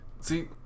See